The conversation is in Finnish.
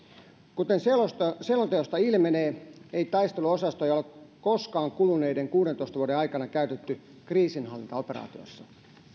kuten selonteosta ilmenee ei taisteluosastoja ole koskaan kuluneiden kuudentoista vuoden aikana käytetty kriisinhallintaoperaatioissa